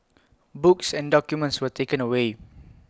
books and documents were taken away